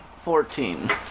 Fourteen